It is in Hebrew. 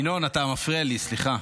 ינון, אתה מפריע לי, סליחה.